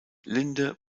linde